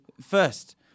First